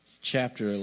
chapter